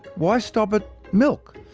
why stop at milk?